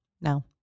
no